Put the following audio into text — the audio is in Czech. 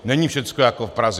Není všechno jako v Praze.